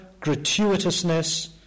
gratuitousness